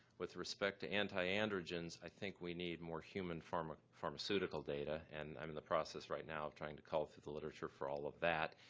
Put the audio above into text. with respect to antiandrogens, i think we need more human ah pharmaceutical data and i'm in the process right now of trying to cull through the literature for all of that.